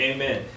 Amen